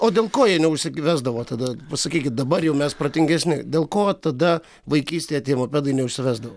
o dėl ko jie neužsivesdavo tada sakykit dabar jau mes protingesni dėl ko tada vaikystėje tie mopedai neužsivesdavo